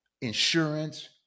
insurance